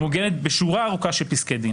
מעוגנת בשורה ארוכה של פסקי דין.